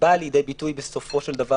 באה לידי ביטוי בסופו של דבר